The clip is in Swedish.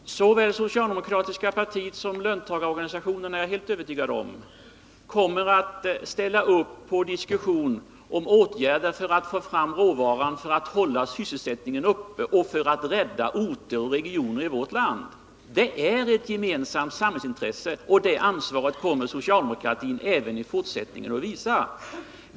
Herr talman! Såväl socialdemokratiska partiet som löntagarorganisationerna kommer, det är jag helt övertygad om, att ställa upp för en diskussion om åtgärder för att få fram råvaran och hålla sysselsättningen uppe och för att kunna rädda orter och regioner i vårt land. Det är ett gemensamt samhällsintresse, och det ansvaret kommer socialdemokratin även i fortsättningen att visa.